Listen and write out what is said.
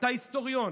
אתה היסטוריון,